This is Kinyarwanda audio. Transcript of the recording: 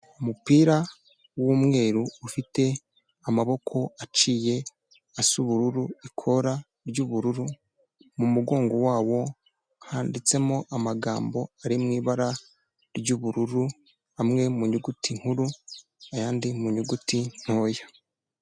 Umupira w'umweru ufite amaboko aciye asa ubururu, ikora ry'ubururu, mu mugongo wabo handitsemo amagambo ari mu ibara ry'ubururu, amwe mu nyuguti nkuru ayandi mu nyuguti ntoya.